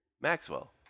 Maxwell